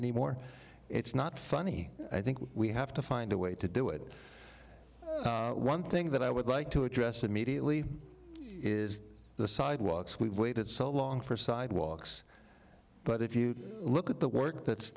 anymore it's not funny i think we have to find a way to do it one thing that i would like to address immediately is the sidewalks we've waited so long for sidewalks but if you look at the work that's